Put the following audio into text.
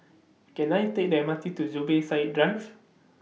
Can I Take The M R T to Zubir Said Drive